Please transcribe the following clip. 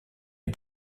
est